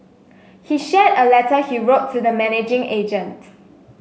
he shared a letter he wrote to the managing agent